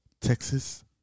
Texas